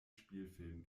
spielfilm